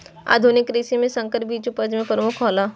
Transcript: आधुनिक कृषि में संकर बीज उपज में प्रमुख हौला